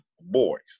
boys